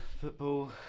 Football